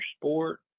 sport